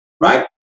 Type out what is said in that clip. right